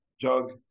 jug